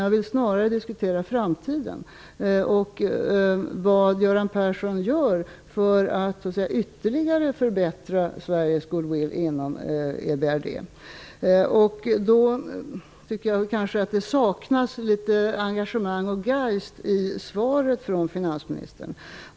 Jag vill snarare diskutera framtiden och vad Göran Persson gör för att ytterligare förbättra Jag tycker nog att det saknas litet engagemang och geist i svaret från finansministern.